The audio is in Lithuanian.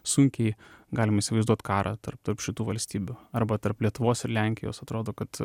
sunkiai galim įsivaizduoti karą tarp tarp šitų valstybių arba tarp lietuvos ir lenkijos atrodo kad